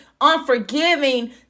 unforgiving